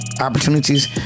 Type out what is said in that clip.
opportunities